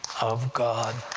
of god!